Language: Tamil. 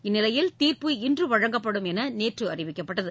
இந்நிலையில் தீர்ப்பு இன்று வழங்கப்படும் என நேற்று அறிவிக்கப்பட்டது